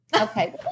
Okay